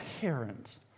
parent